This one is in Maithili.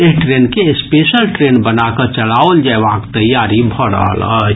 एहि ट्रेन के स्पेशल ट्रेन बनाकऽ चलाओल जयबाक तैयारी भऽ रहल अछि